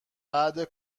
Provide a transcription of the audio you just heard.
بعده